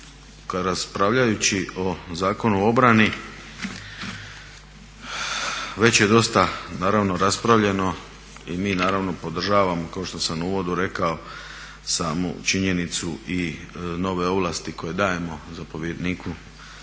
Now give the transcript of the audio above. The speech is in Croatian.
kad raspravljajući o Zakonu o obrani već je dosta naravno raspravljeno i mi naravno podržavamo kao što sam u uvodu rekao samu činjenicu i nove ovlasti koje dajemo zapovjedniku